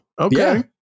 Okay